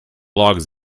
logs